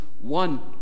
one